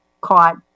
caught